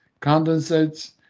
condensates